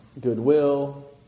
goodwill